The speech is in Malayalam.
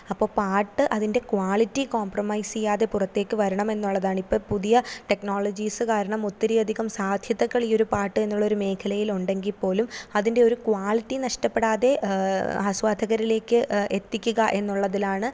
അപ്പോൾ പാട്ട് അതിൻ്റെ ക്വാളിറ്റി കോംപ്രമൈസ് ചെയ്യാതെ പുറത്തേക്കു വരണമെന്നുള്ളതാണ് ഇപ്പം പുതിയ ടെക്നോളജീസ് കാരണം ഒത്തിരി അധികം സാധ്യതകൾ ഈയൊരു പാട്ട് എന്നുള്ളൊരു മേഖലയിൽ ഉണ്ടെങ്കിൽ പോലും അതിൻ്റെ ഒരു ക്വാളിറ്റി നഷ്ടപ്പെടാതെ ആസ്വാദകരിലേക്ക് എത്തിക്കുക എന്നുള്ളതിലാണ്